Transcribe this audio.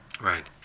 Right